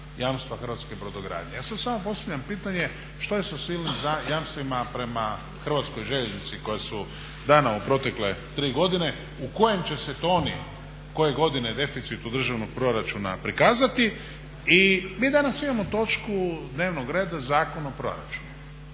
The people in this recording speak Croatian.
Ja sada samo postavljam pitanje što je sa silnim jamstvima prema HŽ-u koja su dana u protekle tri godine u kojem će se to oni koje godine deficitu državnog proračuna prikazati? I mi danas imamo točku dnevnog reda Zakon o proračunu